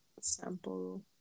sample